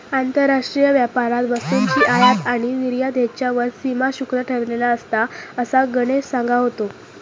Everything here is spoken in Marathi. आंतरराष्ट्रीय व्यापारात वस्तूंची आयात आणि निर्यात ह्येच्यावर सीमा शुल्क ठरवलेला असता, असा गणेश सांगा होतो